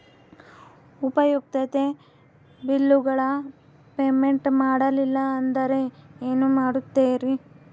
ಉಪಯುಕ್ತತೆ ಬಿಲ್ಲುಗಳ ಪೇಮೆಂಟ್ ಮಾಡಲಿಲ್ಲ ಅಂದರೆ ಏನು ಮಾಡುತ್ತೇರಿ?